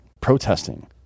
protesting